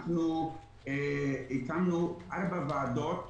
אנחנו הקמנו ארבע ועדות,